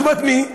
לטובת מי?